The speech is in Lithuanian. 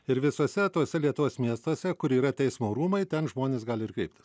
ir visuose tuose lietuvos miestuose kur yra teismo rūmai ten žmonės gali ir kreiptis